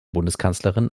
bundeskanzlerin